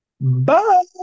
bye